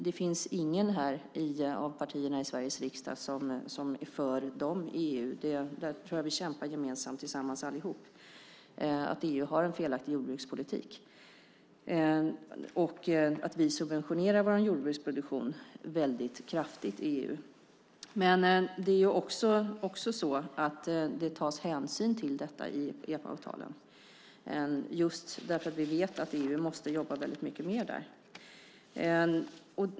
Det finns här inget av partierna i Sveriges riksdag som är för dem i EU. Där får vi kämpa gemensamt allihop. EU har en felaktig jordbrukspolitik. Vi subventionerar vår jordbruksproduktion väldigt kraftigt i EU. Men det tas hänsyn till detta i EPA. Vi vet att EU måste jobba väldigt mycket mer där.